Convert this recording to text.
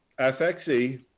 FXE